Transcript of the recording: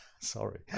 sorry